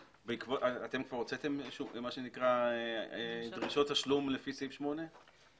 אתם כבר הוצאתם דרישות תשלום לפי סעיף 8?